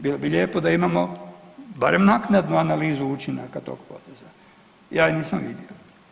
Bilo bi lijepo da imamo barem naknadnu analizu učinaka tog procesa, ja ju nisam vidio.